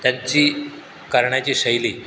त्यांची करण्याची शैली